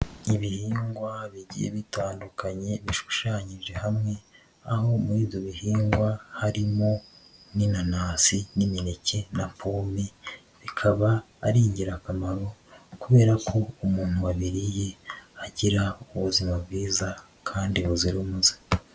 Ibihingwa bigiye bitandukanye bishushanyije hamwe aho muri ibyo bihingwa harimo: n'inanasi, n'imineke na pome, bikaba ari ingirakamaro kubera ko umuntu wabiririye agira ubuzima bwiza kandi buzira umuze.